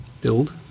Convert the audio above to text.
build